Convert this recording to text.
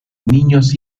niños